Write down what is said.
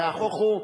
נהפוך הוא,